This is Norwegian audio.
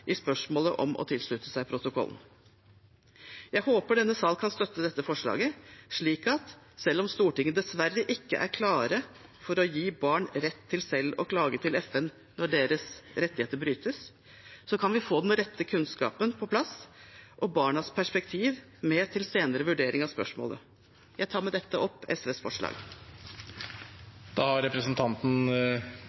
i spørsmålet om å tilslutte seg protokollen. Jeg håper denne sal kan støtte dette forslaget, slik at selv om Stortinget dessverre ikke er klar for å gi barn rett til selv å klage til FN når deres rettigheter brytes, så kan vi få den rette kunnskapen på plass og barnas perspektiv med til senere vurdering av spørsmålet. Jeg tar med dette opp